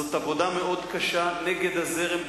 זו עבודה מאוד קשה נגד הזרם.